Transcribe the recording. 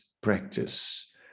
practice